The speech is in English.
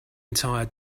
entire